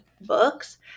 books